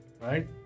right